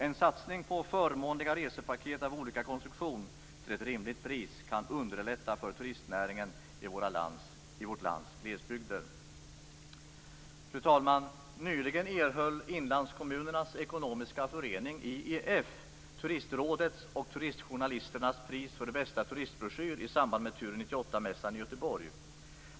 En satsning på förmånliga resepaket av olika konstruktion till ett rimligt pris kan underlätta för turistnäringen i vårt lands glesbygder. Fru talman! Nyligen erhöll Inlandskommunernas ekonomiska förening, IEF, Turistrådets och turistjournalisternas pris för bästa turistbroschyr i samband med TUR 98-mässan i Göteborg.